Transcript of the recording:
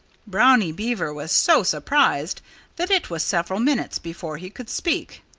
brownie beaver was so surprised that it was several minutes before he could speak.